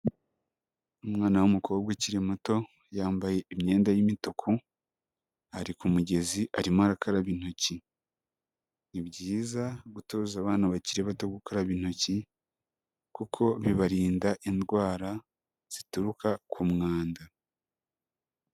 Umwana w'umukobwa ukiri muto, yambaye imyenda y'imituku, ari ku mugezi arimo arakaraba intoki, ni byiza gutoza abana bakiri bato gukaraba intoki kuko bibarinda indwara zituruka ku mwanda.